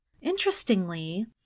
Interestingly